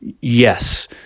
Yes